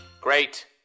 Great